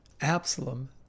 Absalom